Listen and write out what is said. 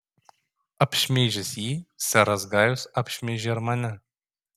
apšmeižęs jį seras gajus apšmeižė ir mane